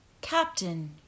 Captain